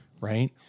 Right